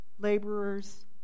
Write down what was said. Laborers